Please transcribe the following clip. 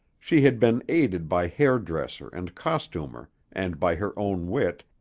she had been aided by hair-dresser and costumer and by her own wit,